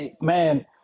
Man